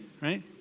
right